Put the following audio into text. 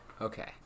Okay